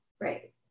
Right